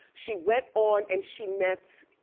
she went on and she met.